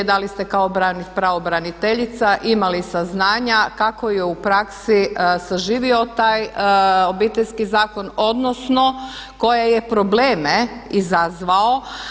Da li ste kao pravobraniteljica imali saznanja kako je u praksi saživio taj Obiteljski zakon, odnosno koje je probleme izazvao.